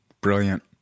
Brilliant